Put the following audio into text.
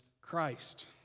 Christ